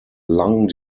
lung